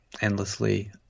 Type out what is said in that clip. endlessly